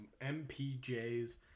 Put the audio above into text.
MPJ's